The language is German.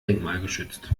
denkmalgeschützt